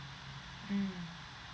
mm